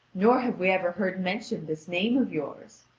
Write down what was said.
nor have we ever heard mentioned this name of yours.